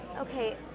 Okay